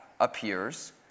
appears